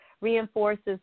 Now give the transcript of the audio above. reinforces